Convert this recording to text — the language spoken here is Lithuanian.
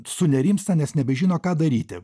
sunerimsta nes nebežino ką daryti